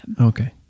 Okay